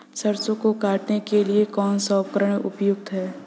सरसों को काटने के लिये कौन सा उपकरण उपयुक्त है?